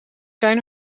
zijn